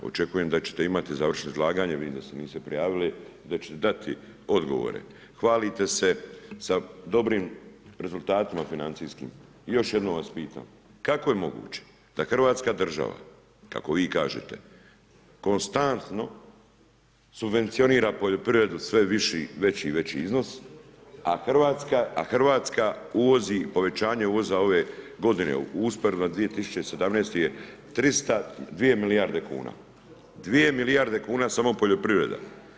Očekujem da ćete imati završno izlaganje, vidim da se niste prijavili, da ćete dati odgovore, hvalite se sa dobrim rezultatima financijskim još jednom vas pitam, kako je moguće da hrvatska država kako vi kažete konstantno subvencionira poljoprivredu sve viši veći i veći iznos, a Hrvatska uvozi povećanje uvoza ove godine usporedno 2017. je 300 2 milijarde kuna, 2 milijarde kuna samo poljoprivreda.